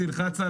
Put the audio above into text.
הנכבדה.